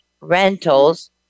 rentals